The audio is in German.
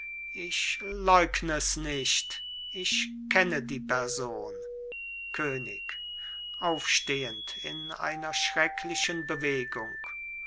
ich leugn es nicht ich kenne die person könig aufstehend in einer schrecklichen bewegung